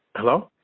hello?